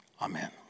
Amen